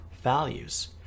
values